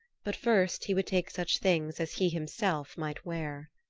but first he would take such things as he himself might wear.